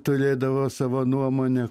turėdavo savo nuomonę